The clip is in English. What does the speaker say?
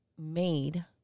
made